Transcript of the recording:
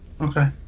Okay